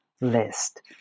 list